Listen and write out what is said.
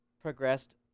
progressed